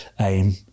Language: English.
aim